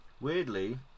Weirdly